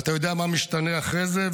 אתה יודע מה משתנה אחרי זה,